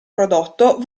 prodotto